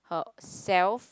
herself